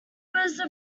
was